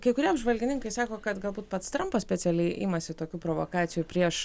kai kurie apžvalgininkai sako kad galbūt pats trampas specialiai imasi tokių provokacijų prieš